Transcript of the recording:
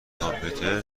کامپیوتر